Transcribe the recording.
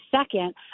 second